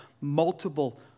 multiple